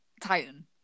titan